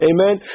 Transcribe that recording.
Amen